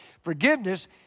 forgiveness